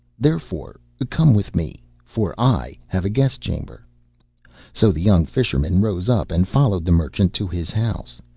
therefore come with me, for i have a guest-chamber so the young fisherman rose up and followed the merchant to his house.